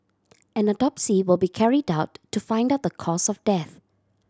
an autopsy will be carried out to find out the cause of death